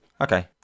Okay